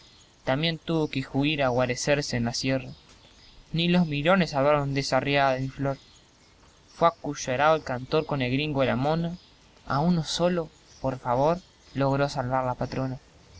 también tuvo que juir a guarecerse en la sierra ni los mirones salvaron de esa arriada de mi flor fue acoyarao el cantor con el gringo de la mona a uno solo por favor logró salvar la patrona